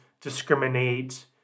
discriminate